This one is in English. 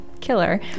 killer